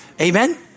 Amen